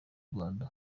rwanda